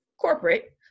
corporate